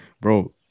Bro